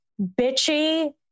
bitchy